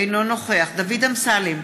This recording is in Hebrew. אינו נוכח דוד אמסלם,